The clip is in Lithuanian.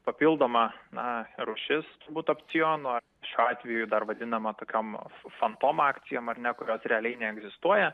papildoma na rūšis būtų opciono šiuo atveju dar vadinama tokiom fantom akcijom ar ne kurios realiai neegzistuoja